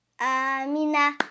Amina